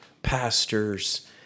pastors